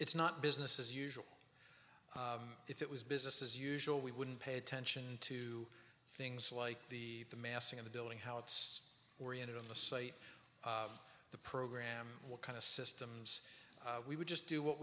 it's not business as usual if it was business as usual we wouldn't pay attention to things like the the massing of the building how it's oriented on the site of the program what kind of systems we would just do what